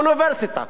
אוניברסיטה,